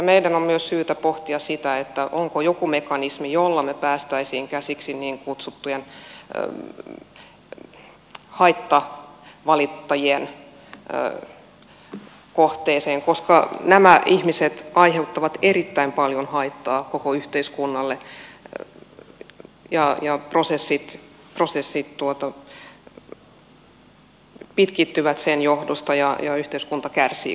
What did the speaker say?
meidän on myös syytä pohtia sitä onko joku mekanismi jolla me pääsisimme käsiksi niin kutsuttujen haittavalittajien kohteeseen koska nämä ihmiset aiheuttavat erittäin paljon haittaa koko yhteiskunnalle ja prosessit pitkittyvät sen johdosta ja yhteiskunta kärsii kokonaisuudessaan